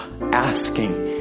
asking